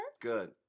Good